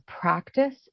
practice